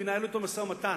וינהלו אתו משא-ומתן.